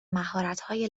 مهراتهای